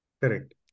Correct